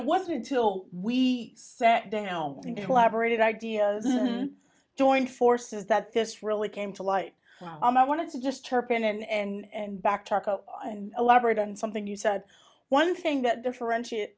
it wasn't until we sat down in the elaborated ideas joined forces that this really came to light and i wanted to just turpin and back and elaborate on something you said one thing that differentiate